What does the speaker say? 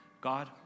God